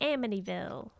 Amityville